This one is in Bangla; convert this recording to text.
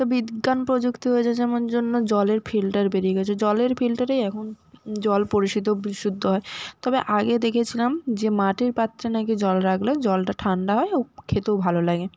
তো বিজ্ঞান প্রযুক্তি হয়েছে যেমন জন্য জলের ফিল্টার বেরিয়ে গেছে জলের ফিল্টারেই এখন জল পরিশুদ্ধ বিশুদ্ধ হয় তবে আগে দেখেছিলাম যে মাটির পাত্রে না কি জল রাখলে জলটা ঠান্ডা হয় ও খেতেও ভালো লাগে